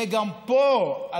וגם פה,